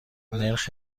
نرخ